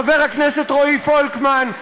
חבר הכנסת רועי פולקמן,